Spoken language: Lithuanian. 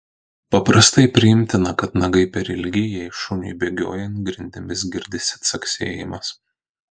paprastai priimtina kad nagai per ilgi jei šuniui bėgiojant grindimis girdisi caksėjimas